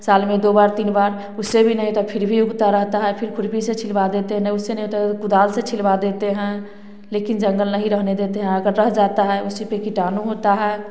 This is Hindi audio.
साल में दो बार तीन बार उससे भी नहीं फिर भी उगता रहता हैं फिर खुरपी से छिलवा देते हैं नहीं उसे नहीं होता तो गोदर से छिलवा देते हैं लेकिन जंगल नहीं रहने देते अगर रहे जाता हैं उसी पर कीटाणु होता है